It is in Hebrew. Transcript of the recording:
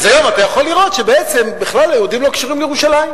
אז היום אתה יכול לראות שבעצם בכלל היהודים לא קשורים לירושלים.